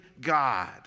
God